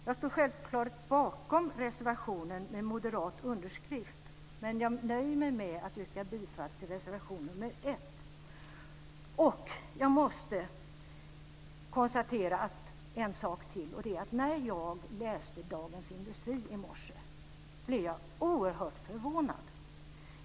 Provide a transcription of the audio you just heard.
Jag står självklart bakom reservationer med moderat underskrift, men jag nöjer mig att yrka bifall till reservation 1. Jag måste också konstatera en sak till. När jag läste Dagens Industri i morse blev jag oerhört förvånad.